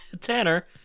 Tanner